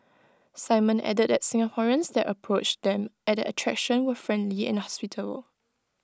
simon added that Singaporeans that approached them at the attraction were friendly and hospitable